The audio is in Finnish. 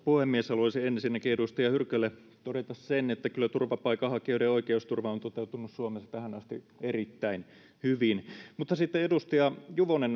puhemies haluaisin ensinnäkin edustaja hyrkölle todeta sen että kyllä turvapaikanhakijoiden oikeusturva on toteutunut suomessa tähän asti erittäin hyvin edustaja juvonen